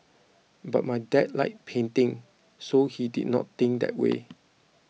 but my dad liked painting so he did not think that way